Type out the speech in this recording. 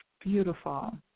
Beautiful